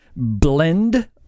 blend